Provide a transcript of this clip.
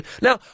Now